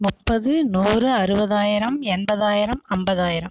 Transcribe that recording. முப்பது நூறு அறுபதாயிரம் எண்பதாயிரம் ஐம்பதாயிரம்